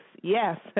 Yes